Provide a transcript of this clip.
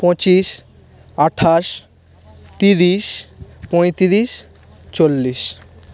পঁচিশ আঠাশ তিরিশ পঁয়ত্রিশ চল্লিশ